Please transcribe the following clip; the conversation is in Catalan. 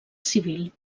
civil